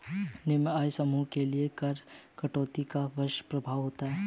निम्न आय समूहों के लिए कर कटौती का वृहद प्रभाव होता है